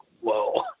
whoa